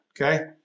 okay